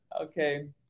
Okay